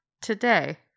today